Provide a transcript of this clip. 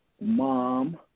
mom